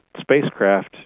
spacecraft